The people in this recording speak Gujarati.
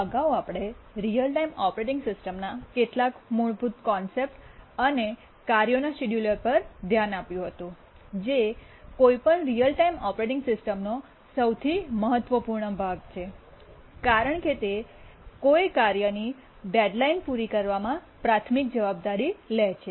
અગાઉ આપણે રીઅલ ટાઇમ ઓપરેટિંગ સિસ્ટમના કેટલાક મૂળભૂત કૉનસેપ્ટ અને કાર્યોના શિડ્યુલર પર ધ્યાન આપ્યું હતું જે કોઈપણ રીઅલ ટાઇમ ઓપરેટિંગ સિસ્ટમનો સૌથી મહત્વપૂર્ણ ભાગ છે કારણ કે તે કોઈ કાર્યની ડેડ્લાઇન પૂરી કરવામાં પ્રાથમિક જવાબદારી લે છે